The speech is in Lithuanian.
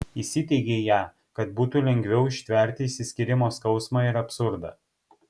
įsiteigei ją kad būtų lengviau ištverti išsiskyrimo skausmą ir absurdą